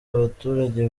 abaturage